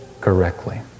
correctly